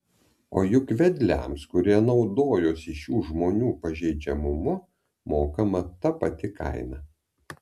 o juk vedliams kurie naudojosi šių žmonių pažeidžiamumu mokama ta pati kaina